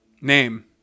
Name